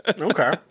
Okay